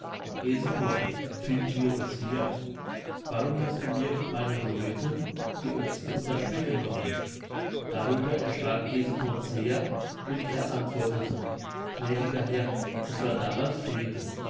eseborn finden wir uns hier warum hast du mir und meinen leuten die ochsen und das speck genommen darüber erschrak eseborn sehr und er antwortete gnädiger herr es war damals fehde